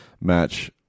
match